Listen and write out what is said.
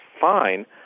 fine